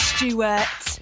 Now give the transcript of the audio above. Stewart